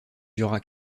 dura